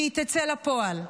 שהיא תצא לפועל.